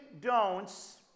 don'ts